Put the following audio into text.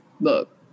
look